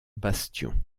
bastions